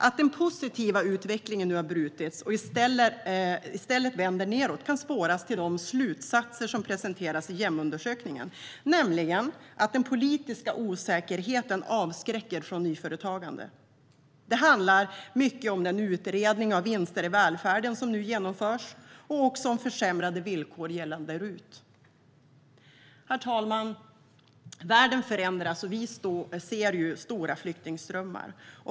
Att den positiva utvecklingen nu har brutits och att den i stället vänder nedåt kan spåras till de slutsatser som presenteras i GEM-undersökningen, nämligen att den politiska osäkerheten avskräcker från nyföretagande. Det handlar mycket om den utredning om vinster i välfärden som nu genomförs och också om försämrade villkor gällande RUT. Världen förändras och vi ser stora flyktingströmmar.